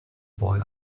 boy